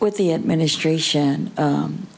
with the administration